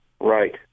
Right